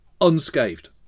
unscathed